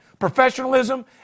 professionalism